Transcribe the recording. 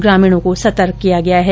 ग्रामीणों को सतर्क किया गया है